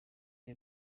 the